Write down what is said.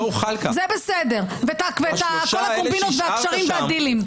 ואת כל הקומבינות והקשרים והדילים.